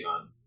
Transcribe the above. on